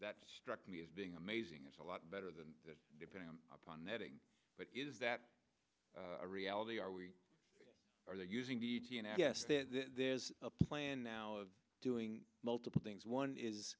that struck me as being amazing is a lot better than that depending upon netting but is that a reality are we are they using the yes there is a plan now of doing multiple things one is